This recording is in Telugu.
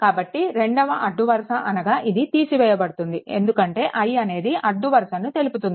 కాబట్టి రెండవ అడ్డు వరుస అనగా ఇది తీసివేయబడుతుంది ఎందుకంటే i అనేది అడ్డు వరుసను తెలుపుతుంది